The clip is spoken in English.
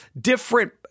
different